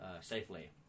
safely